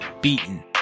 beaten